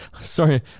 Sorry